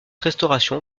restauration